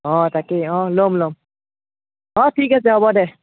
অঁ তাকেই অঁ ল'ম ল'ম অঁ ঠিক আছে হ'ব দে